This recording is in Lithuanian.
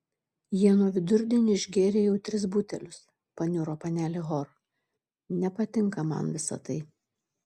jie nuo vidurdienio išgėrė jau tris butelius paniuro panelė hor nepatinka man visa tai